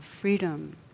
freedom